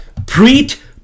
Preet